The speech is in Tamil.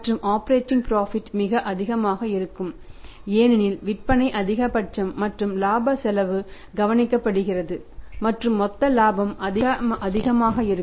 மற்றும் ஆப்பரேட்டிங் புரோஃபிட் மிக அதிகமாக இருக்கும் ஏனெனில் விற்பனை அதிகபட்சம் மற்றும் இலாப செலவு கவனிக்கப்படுகிறது மற்றும் மொத்த இலாபம் அதிகமாக இருக்கும்